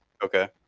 Okay